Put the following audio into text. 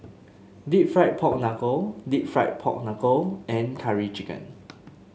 deep fried Pork Knuckle deep fried Pork Knuckle and Curry Chicken